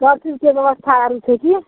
सबचीजके व्यवस्था आरु छै कि